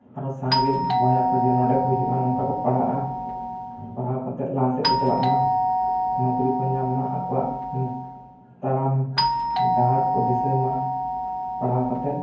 ᱟᱨᱚ ᱥᱟᱸᱜᱮ ᱵᱚᱭᱦᱟ ᱠᱚ ᱡᱮ ᱱᱚᱰᱮᱠᱚ ᱦᱤᱡᱩᱜᱼᱟ ᱱᱚᱝᱠᱟᱠᱚ ᱯᱟᱲᱦᱟᱜᱼᱟ ᱯᱟᱲᱦᱟᱣ ᱠᱟᱛᱮᱫ ᱞᱟᱦᱟᱥᱮᱫ ᱠᱚ ᱪᱟᱞᱟᱜᱢᱟ ᱱᱚᱠᱨᱤᱠᱚ ᱧᱟᱢ ᱢᱟ ᱟᱠᱚᱣᱟᱜ ᱛᱟᱲᱟᱢ ᱰᱟᱦᱟᱨ ᱠᱚ ᱫᱤᱥᱟᱹᱭᱢᱟ ᱯᱟᱲᱦᱟᱣ ᱠᱟᱛᱮᱫ